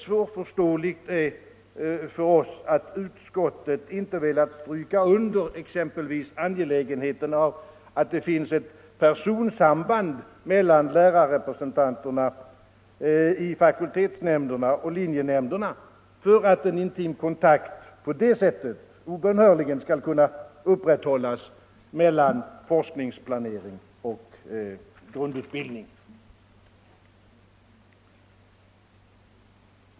Svårförståeligt är det för oss att utskottet inte velat stryka under exempelvis angelägenheten av att det finns ett personsamband mellan lärarrepresentanterna i fakultetsnämnderna och i linjenämnderna, så att en intim kontakt på det sättet obönhörligen skall kunna upprätthållas mellan forskningsplanering och grundutbildning.